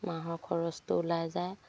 মাহৰ খৰচটো ওলাই যায়